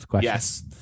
Yes